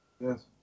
Yes